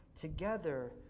together